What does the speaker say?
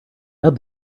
add